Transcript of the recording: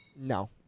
No